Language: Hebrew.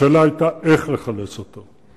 השאלה היתה איך לחלץ אותו.